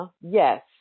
Yes